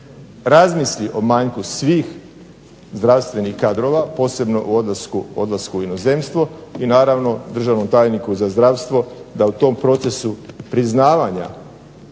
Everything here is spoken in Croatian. razmisli o manjku svih zdravstvenih kadrova posebno u odlasku u inozemstvu i naravno državnom tajniku za zdravstvo da u tom procesu priznavanja